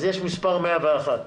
אז יש מספר 101,